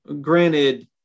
granted